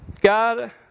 God